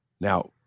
now